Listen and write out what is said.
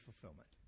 fulfillment